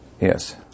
Yes